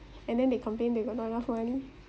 and then they complain they got not enough money